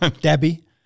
Debbie